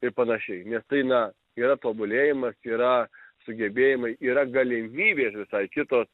ir panašiai nes tai na yra tobulėjimas yra sugebėjimai yra galimybės visai kitos